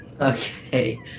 Okay